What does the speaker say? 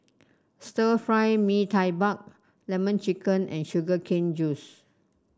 Stir Fry Mee Tai Mak lemon chicken and Sugar Cane Juice